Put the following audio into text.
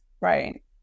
right